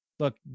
look